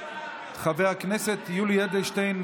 חבר הכנסת יולי אדלשטיין,